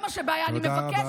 תודה רבה.